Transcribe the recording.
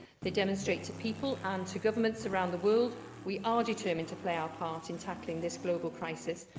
they demonstrate to people and to governments around the world we are determined to play our part in tackling this global crisis,